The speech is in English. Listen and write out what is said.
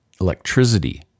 electricity